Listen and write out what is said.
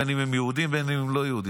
בין אם הם יהודים ובין אם הם לא יהודים.